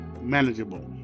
manageable